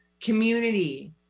community